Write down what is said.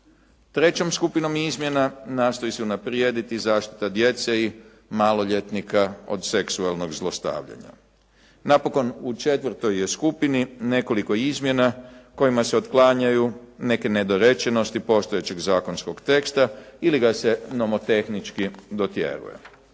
Trećom skupinom izmjena nastoji se unaprijediti zaštita djece i maloljetnika od seksualnog zlostavljanja. Napokon u četvrtoj je skupini nekoliko izmjena kojima se otklanjaju neke nedorečenosti postojećeg zakonskog teksta ili ga se nomotehnički dotjeruje.